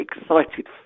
excited